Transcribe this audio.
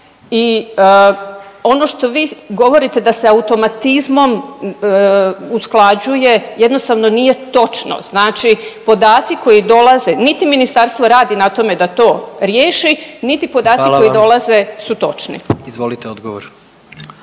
i ono što vi govorite da se automatizmom usklađuje jednostavno nije točno. Znači podaci koji dolaze niti ministarstvo radi na tome da to riješi, niti podaci koji dolaze…/Upadica predsjednik: